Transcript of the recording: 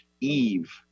eve